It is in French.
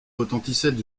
retentissaient